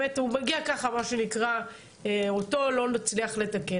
הוא מגיע ככה מה שנקרא, אותו לא נצליח לתקן.